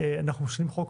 כשאנחנו משנים חוק,